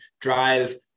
drive